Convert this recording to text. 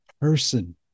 person